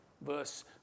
Verse